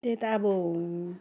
त्यही त अब